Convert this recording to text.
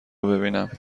ببینم